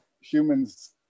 humans